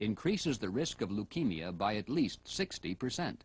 increases the risk of leukemia by at least sixty percent